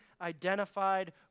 identified